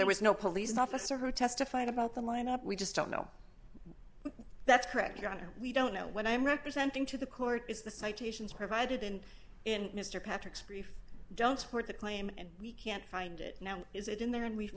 there was no police officer who testified about the lineup we just don't know that's correct your honor we don't know what i'm representing to the court is the citations provided in in mr patrick's brief don't support the claim and we can't find it now is it in there and we